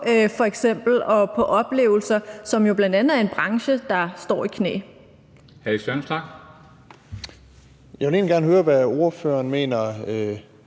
og oplevelser, som jo bl.a. er en branche, der er på knæene.